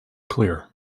clear